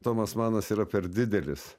tomas manas yra per didelis